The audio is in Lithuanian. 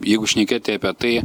jeigu šnekėti apie tai